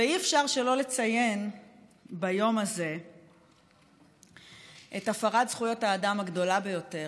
אי-אפשר שלא לציין ביום הזה את הפרת זכויות האדם הגדולה ביותר